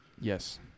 Yes